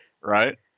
right